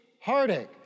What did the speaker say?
heartache